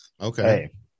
Okay